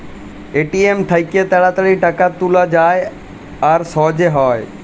ATM থ্যাইকে তাড়াতাড়ি টাকা তুলা যায় আর সহজে হ্যয়